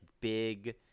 big